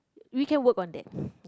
we can work on that